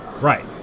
Right